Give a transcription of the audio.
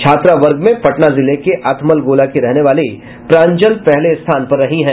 छात्रा वर्ग में पटना जिले के अथमलगोला की रहने वाली प्रांजल पहले स्थान पर रही है